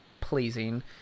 pleasing